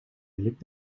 lelijk